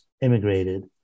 immigrated